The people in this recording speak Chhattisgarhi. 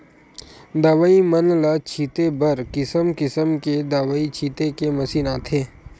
दवई मन ल छिते बर किसम किसम के दवई छिते के मसीन आथे